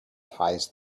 ties